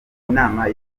inama